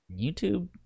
youtube